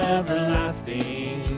Everlasting